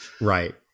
right